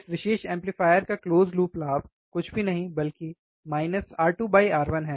इस विशेष एम्पलीफायर का क्लोज़ लूप लाभ कुछ भी नहीं बल्कि R2R1 है